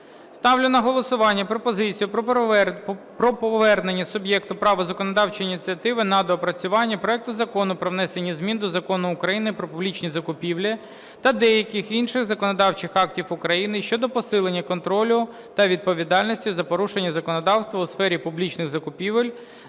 Ставлю на голосування пропозицію про повернення суб'єкту права законодавчої ініціативи на доопрацювання проект Закону про внесення змін до Закону України "Про публічні закупівлі" та деяких інших законодавчих актів України щодо посилення контролю та відповідальності за порушення законодавства у сфері публічних закупівель,